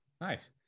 Nice